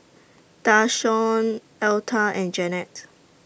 Dashawn Alta and Janet